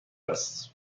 است